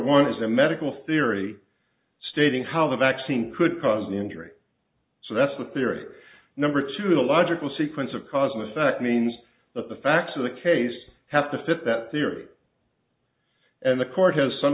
one has a medical theory stating how the vaccine could cause an injury so that's the theory number two a logical sequence of cause and effect means that the facts of the case have to fit that theory and the court has some